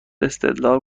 استدلال